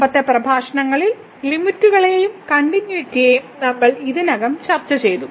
മുമ്പത്തെ പ്രഭാഷണങ്ങളിൽ ലിമിറ്റ്കളിലും കണ്ടിന്യൂയിറ്റിയിലും നമ്മൾ ഇതിനകം ചർച്ചചെയ്തു